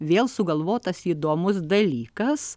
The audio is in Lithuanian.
vėl sugalvotas įdomus dalykas